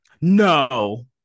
No